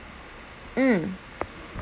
mm